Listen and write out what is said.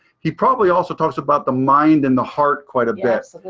he probably also talks about the mind and the heart quite a bit.